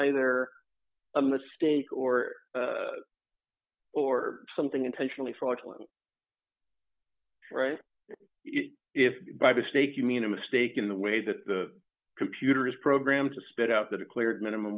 either a mistake or or something intentionally fraudulent right if by the stake you mean a mistake in the way that the computer is programmed to spit out the declared minimum